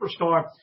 superstar